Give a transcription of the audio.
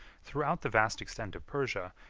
throughout the vast extent of persia,